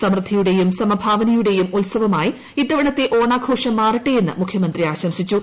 സമൃദ്ധിയുടെയും സമഭാവനയുടെയും ഉത്സവമായി ഇത്തവണത്തെ ഓണാഘോഷം മാറട്ടെയെന്ന് മുഖ്യമന്ത്രി ആശംസിച്ചു